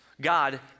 God